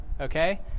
okay